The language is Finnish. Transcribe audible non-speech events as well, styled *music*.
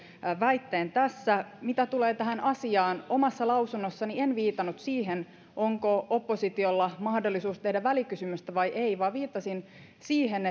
väitteen tässä mitä tulee tähän asiaan omassa lausunnossani en viitannut siihen onko oppositiolla mahdollisuus tehdä välikysymystä vai ei vaan viittasin siihen *unintelligible*